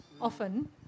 often